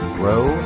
grow